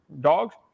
dogs